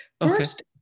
First